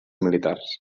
militars